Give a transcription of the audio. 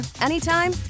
anytime